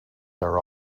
are